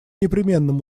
непременным